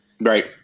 Right